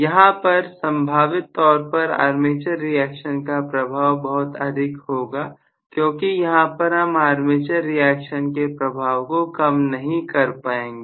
यहां पर संभावित तौर पर आर्मेचर रिएक्शन का प्रभाव बहुत अधिक होगा क्योंकि यहां पर हम आर्मेचर रिएक्शन के प्रभाव को कम नहीं कर पाएंगे